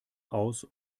aus